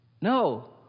No